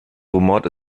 rumort